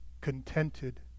contented